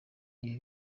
ibi